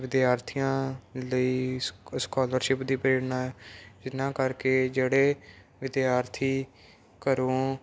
ਵਿਦਿਆਰਥੀਆਂ ਲਈ ਸਕਾ ਸਕਾਲਰਸ਼ਿਪ ਦੀ ਪ੍ਰੇਰਨਾ ਜਿੰਨਾਂ ਕਰਕੇ ਜਿਹੜੇ ਵਿਦਿਆਰਥੀ ਘਰੋਂ